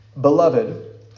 beloved